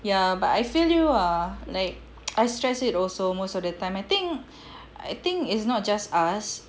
ya but I feel you ah like I stress eat also most of the time I think I think it's not just us